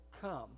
come